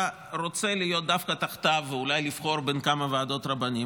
רוצה להיות דווקא תחתיו ואולי לבחור בין כמה ועדות רבנים,